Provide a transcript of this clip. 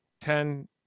ten